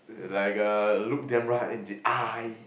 it's like uh look them right in the eye